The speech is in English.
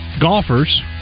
Golfers